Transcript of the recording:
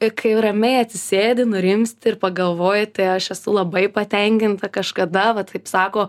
kai ramiai atsisėdi nurimsti ir pagalvoji tai aš esu labai patenkinta kažkada vat taip sako